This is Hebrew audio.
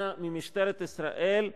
אנא ממשטרת ישראל,